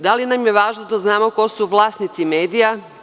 Da li nam je važno da znamo ko su vlasnici medija?